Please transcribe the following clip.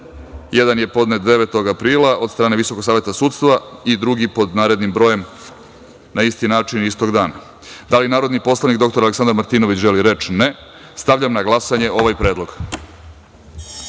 jedan je podnet 9. aprila, od strane Visokog saveta sudstva i drugi pod narednim brojem, na isti način, istog dana. Da li narodni poslanik dr Aleksandar Martinović želi reč? Ne. Stavljam na glasanje ovaj predlog. Molim